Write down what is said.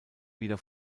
wieder